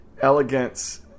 elegance